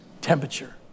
temperature